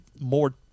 more